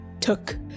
took